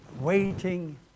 Waiting